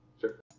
Sure